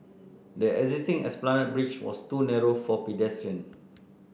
the existing Esplanade Bridge was too narrow for pedestrians